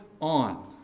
on